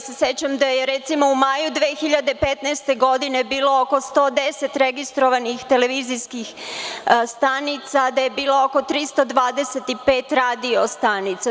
Sećam se da je, recimo, u maju 2015. godine bilo oko 110 registrovanih televizijskih stanica, da je bilo oko 325 radio stanica.